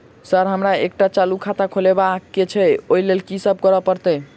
Sir हमरा एकटा चालू खाता खोलबाबह केँ छै ओई लेल की सब करऽ परतै?